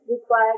required